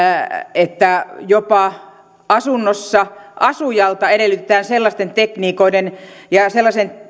että jopa asunnossa asujalta edellytetään sellaisten tekniikoiden ja sellaisen